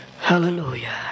Hallelujah